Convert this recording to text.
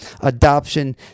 adoption